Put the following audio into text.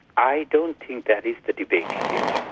i don't think that is the debate here.